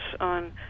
on